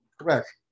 Correct